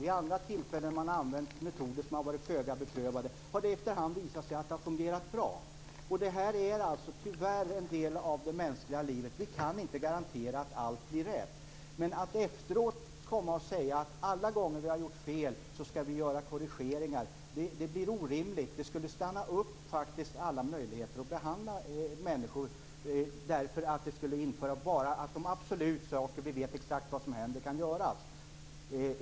Vid andra tillfällen när man har använt metoder som har varit föga beprövade har det efter hand visat sig att de har fungerat bra. Detta är tyvärr en del av det mänskliga livet. Vi kan inte garantera att allt blir rätt. Men att efteråt komma och säga att vi skall göra korrigeringar alla gånger som vi har gjort fel är orimligt. Det skulle faktiskt stanna upp alla möjligheter att behandla människor, eftersom det skulle innebära att man bara kunde göra de saker som man absolut vet vad de innebär när man gör dem.